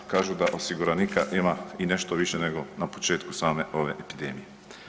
Kažu da osiguranika ima i nešto više nego na početku same ove epidemije.